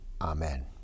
Amen